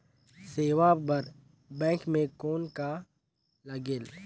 सेवा बर बैंक मे कौन का लगेल?